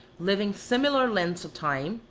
living similar lengths of time,